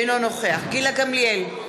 אינו נוכח גילה גמליאל,